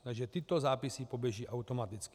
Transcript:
Takže tyto zápisy poběží automaticky.